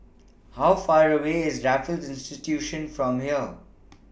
How Far away IS Raffles Institution from here